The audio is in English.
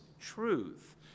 truth